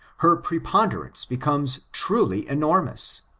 her preponderance becomes truly enormous.